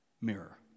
mirror